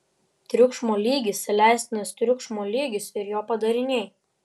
triukšmo lygis leistinas triukšmo lygis ir jo padariniai